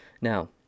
Now